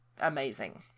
amazing